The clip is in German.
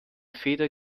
feder